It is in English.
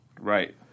Right